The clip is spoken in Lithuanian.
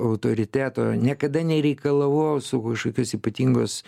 autoriteto niekada nereikalavau kažkokios ypatingos